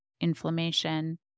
inflammation